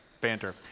banter